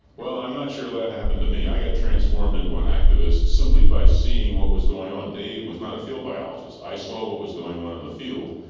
well, i'm not sure that happened to me. i got transformed into an activist simply by seeing what was going on. dave was not a field biologist. i saw what was going on in the field.